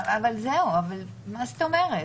אבל מה זאת אומרת?